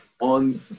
On